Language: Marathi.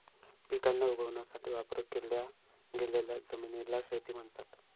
पिकांना उगवण्यासाठी वापर केल्या गेलेल्या जमिनीला शेती म्हणतात